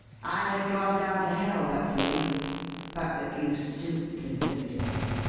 i had gone down to hell but for you but that you stooped and lifted me.